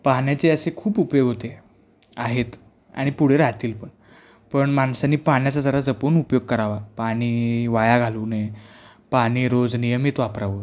पाण्याचे असे खूप उपयोग होते आहेत आणि पुढे राहतील पण पण माणसानी पाण्याचा जरा जपून उपयोग करावा पाणी वाया घालवू नये पाणी रोज नियमित वापरावं